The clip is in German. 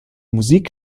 musik